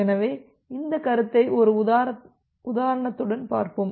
எனவே இந்த கருத்தை ஒரு உதாரணத்துடன் பார்ப்போம்